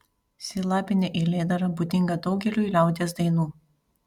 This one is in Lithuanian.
silabinė eilėdara būdinga daugeliui liaudies dainų